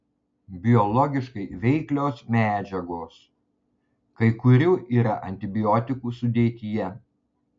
biologiškai veiklios medžiagos kai kurių yra antibiotikų sudėtyje